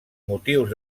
motius